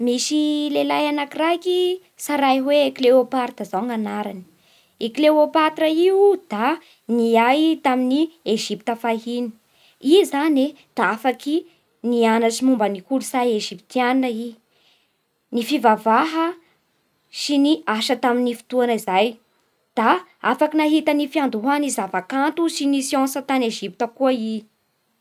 Misy lehilahy anakiraiky tsaray hoe Cléopatre zao ny anarany. I Cléopatre io da niay tamin'ny ejipta fahiny. I zany e da afaky nianatsy momban'ny kolotsay ejiptianina i. Ny fivavaha sy ny asa tamin'ny fotoana izay. Da afaky nahita ny fiandohan'ny zava-kanto sy ny siansa tany ejipta koa i.